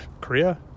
Korea